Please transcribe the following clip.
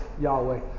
Yahweh